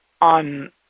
on